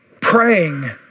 praying